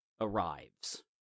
arrives